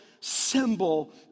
symbol